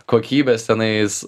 kokybės tenais